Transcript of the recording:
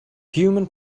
human